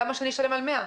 למה שאני אשלם על 100?